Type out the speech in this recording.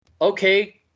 okay